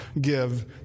give